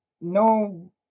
no